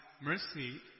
mercy